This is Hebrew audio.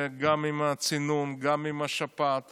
גם עם הצינון, גם עם השפעת